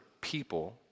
people